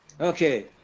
Okay